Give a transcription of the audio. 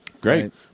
Great